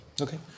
Okay